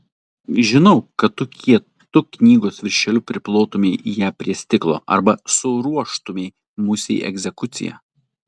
žinau kad tu kietu knygos viršeliu priplotumei ją prie stiklo arba suruoštumei musei egzekuciją